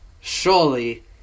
surely